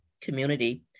community